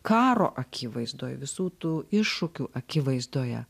karo akivaizdoje visų tų iššūkių akivaizdoje